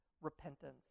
repentance